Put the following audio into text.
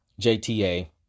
JTA